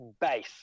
base